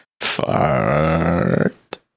Fart